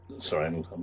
Sorry